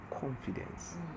confidence